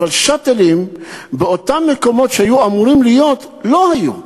אבל "שאטלים" באותם מקומות שהיו אמורים להיות לא היו.